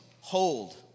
hold